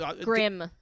grim